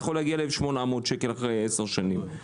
זה יכול להגיע ל-1,800 שקל אחרי עשר שנים.